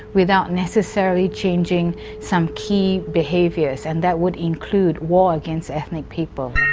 without necessarily changing some key behaviours, and that would include war against ethnic people.